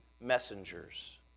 messengers